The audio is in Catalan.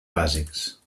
bàsics